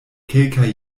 kelkaj